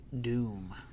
Doom